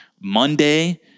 Monday